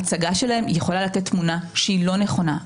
ההצגה של הדברים יכולה לתת תמונה שהיא לא נכונה.